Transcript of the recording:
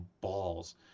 balls